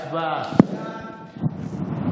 תודה רבה לשר פורר.